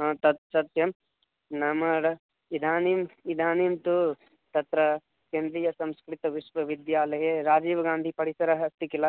हा तत् सत्यं नाम र इदानीम् इदानीं तु तत्र केन्द्रियसंस्कृतविश्वविद्यालये राजीव्गान्धिपरिसरः अस्ति किल